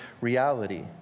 reality